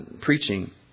preaching